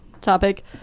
topic